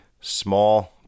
small